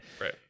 right